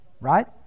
right